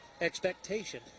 expectation